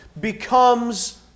becomes